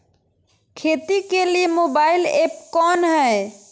खेती के लिए मोबाइल ऐप कौन है?